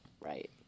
Right